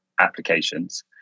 applications